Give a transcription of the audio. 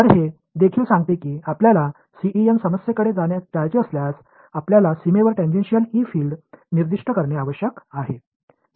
तर हे देखील सांगते की आपल्याला सीईएम समस्येकडे जायचे असल्यास आपल्याला सीमेवर टेंजेन्शियल ई फील्ड निर्दिष्ट करणे आवश्यक आहे